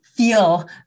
feel